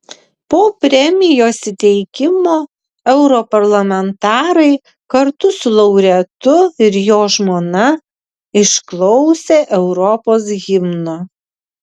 po premijos įteikimo europarlamentarai kartu su laureatu ir jo žmona išklausė europos himno